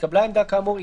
התקבלה עמדה כאמור,